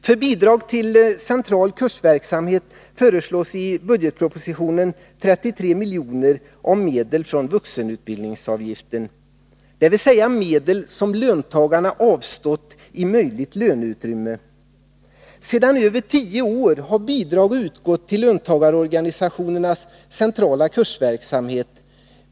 För bidrag till central kursverksamhet föreslås i budgetpropositionen 33 miljoner av medel från vuxenutbildningsavgiften, dvs. medel som löntagarna avstått i möjligt löneutrymme. Sedan över tio år har bidrag utgått till löntagarorganisationernas centrala kursverksamhet.